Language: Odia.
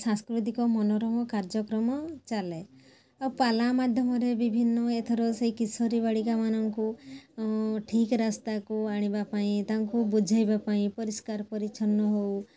ସାଂସ୍କୃତିକ ମୋନରମ କାର୍ଯ୍ୟକ୍ରମ ଚାଲେ ଆଉ ପାଲା ମାଧ୍ୟମରେ ବିଭିନ୍ନ ଏଥର ସେହି କିଶୋରୀ ବାଳିକାମାନଙ୍କୁ ଠିକ ରାସ୍ତାକୁ ଆଣିବା ପାଇଁ ତାଙ୍କୁ ବୁଝେଇବା ପାଇଁ ପରିଷ୍କାର ପରିଛନ୍ନ ହେଉ